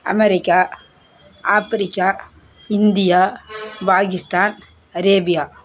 America Africa India Pakistan Arabia